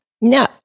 No